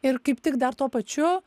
ir kaip tik dar tuo pačiu